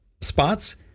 spots